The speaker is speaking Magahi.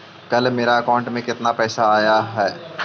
कल मेरा अकाउंटस में कितना पैसा आया ऊ?